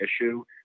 issue